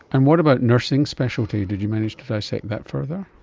and what about nursing specialty, did you manage to dissect that further?